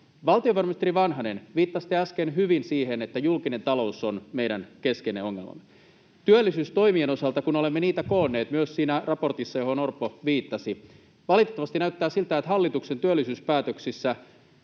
Valtiovarainministeri Vanhanen, viittasitte äsken hyvin siihen, että julkinen talous on meidän keskeinen ongelmamme. Työllisyystoimien osalta, kun olemme niitä koonneet myös siinä raportissa, johon Orpo viittasi, valitettavasti näyttää siltä, että hallituksen työllisyyspäätöksissä